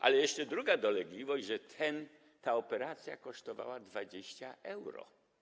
Ale jeszcze druga dolegliwość - że ta operacja kosztowała 20 euro.